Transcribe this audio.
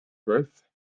growth